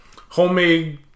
Homemade